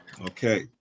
Okay